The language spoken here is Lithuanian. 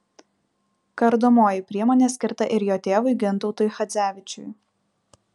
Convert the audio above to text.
kardomoji priemonė skirta ir jo tėvui gintautui chadzevičiui